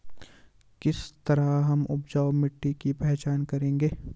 किस तरह हम उपजाऊ मिट्टी की पहचान करेंगे?